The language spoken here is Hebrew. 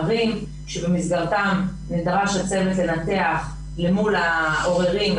במסגרתן נדרש הצוות לנתח אל מול העוררים,